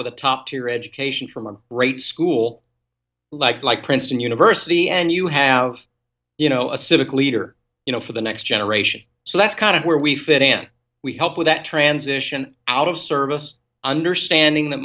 with a top tier education from great school like like princeton university and you have you know a civic leader you know for the next generation so that's kind of where we fit and we help with that transition out of service understanding that